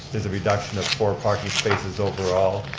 there's a reduction of four parking spaces overall,